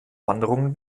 wanderungen